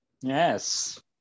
yes